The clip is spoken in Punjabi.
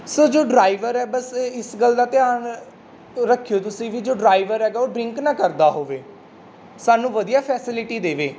ਸਰ ਜੋ ਡਰਾਈਵਰ ਹੈ ਬਸ ਇਸ ਗੱਲ ਦਾ ਧਿਆਨ ਰੱਖਿਓ ਤੁਸੀਂ ਵੀ ਜੋ ਡਰਾਈਵਰ ਹੈਗਾ ਉਹ ਡਰਿੰਕ ਨਾ ਕਰਦਾ ਹੋਵੇ ਸਾਨੂੰ ਵਧੀਆ ਫੈਸਲਿਟੀ ਦੇਵੇ